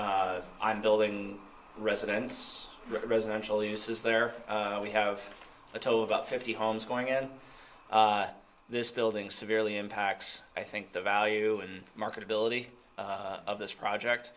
i'm building residence residential use is there we have a total of about fifty homes going in this building severely impacts i think the value and marketability of this project